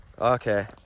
okay